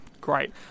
Great